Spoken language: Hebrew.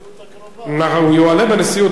הוא יועלה בנשיאות ביום שני הקרוב.